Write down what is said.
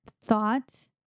thought